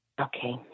Okay